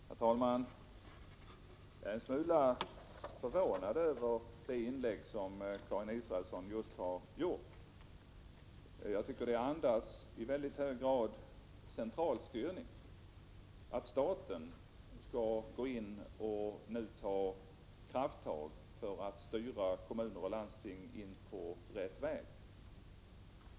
Herr talman! Jag blir en smula förvånad över Karin Israelssons inlägg. Jag tycker att det andas i väldigt hög grad centralstyrning, att staten skulle gå in och ta krafttag för att styra in kommuner och landsting på rätt väg.